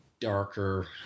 darker